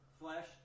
Flesh